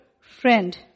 friend